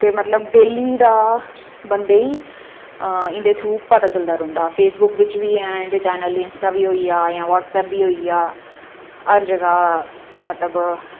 ते मतलब डेह्ली दा बंदे ई इं'दे थ्रू पता चलदा रौंह्दा फेसबुक बिच बी ऐ चैनल जां इंस्टा बी होई गेआ जां ब्हाटसऐप बी होई गेआ हर जगह् मतलब